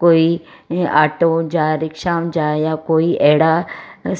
कोई ऑटो जा रिक्शाउनि जा या कोई अहिड़ा